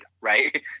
right